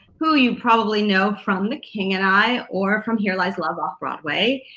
who you probably know from the king and i or from here lies love off-broadway,